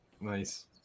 Nice